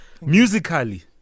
Musically